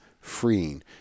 freeing